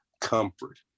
comfort